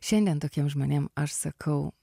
šiandien tokiem žmonėm aš sakau